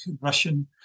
Russian